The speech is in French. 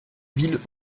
ville